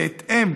בהתאם,